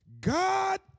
God